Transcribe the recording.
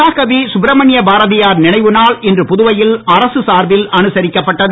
மகாகவி சுப்ரமணிய பாரதியார் நினைவு நாள் இன்று புதுவையில் அரசு சார்பில் அனுசரிக்கப்பட்டது